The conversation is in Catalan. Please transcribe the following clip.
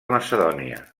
macedònia